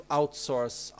outsource